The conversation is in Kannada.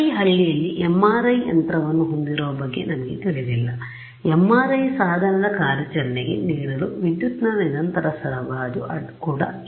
ಪ್ರತಿ ಹಳ್ಳಿಯಲ್ಲಿ MRI ಯಂತ್ರವನ್ನು ಹೊಂದಿರುವ ಬಗ್ಗೆ ನಮಗೆ ತಿಳಿದಿಲ್ಲMRI ಸಾಧನದ ಕಾರ್ಯಾಚರಣೆಗೆ ನೀಡಲು ವಿದ್ಯುತ್ ನ ನಿರಂತರ ಸರಬರಾಜು ಕೂಡ ಇಲ್ಲ